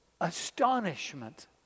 astonishment